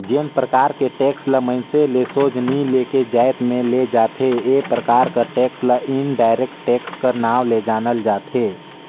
जेन परकार के टेक्स ल मइनसे ले सोझ नी लेके जाएत में ले जाथे ए परकार कर टेक्स ल इनडायरेक्ट टेक्स कर नांव ले जानल जाथे